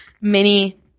mini